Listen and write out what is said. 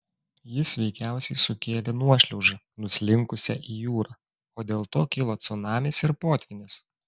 jis veikiausiai sukėlė nuošliaužą nuslinkusią į jūrą o dėl to kilo cunamis ir potvynis